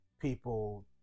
people